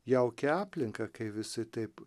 jauki aplinka kai visi taip